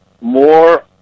more